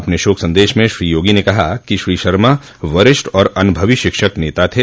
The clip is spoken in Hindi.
अपने शोक सन्देश में श्री योगी ने कहा कि श्री शर्मा वरिष्ठ और अन्भवी शिक्षक नेता थे